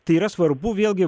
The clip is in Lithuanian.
tai yra svarbu vėlgi